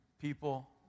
people